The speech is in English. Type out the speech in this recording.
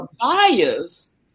bias